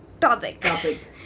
topic